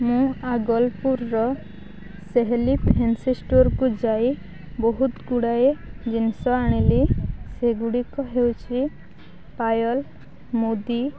ମୁଁ ଆଗଲ୍ପୁର୍ ସେହେଲି ଫେନ୍ସି ଷ୍ଟୋର୍କୁ ଯାଇ ବହୁତ ଗୁଡ଼ାଏ ଜିନିଷ ଆଣିଲି ସେଗୁଡ଼ିକ ହେଉଛି ପାୟଲ୍ ମୁଦି